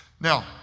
Now